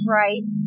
right